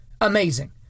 amazing